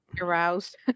Aroused